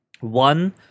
One